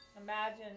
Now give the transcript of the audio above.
Imagine